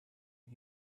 and